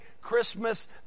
Christmas